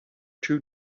two